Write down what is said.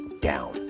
down